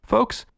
Folks